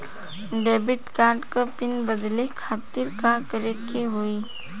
Debit card क PIN बदले खातिर का करेके होई?